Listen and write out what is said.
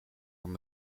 van